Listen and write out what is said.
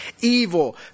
evil